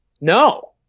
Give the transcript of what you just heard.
No